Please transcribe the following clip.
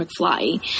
McFly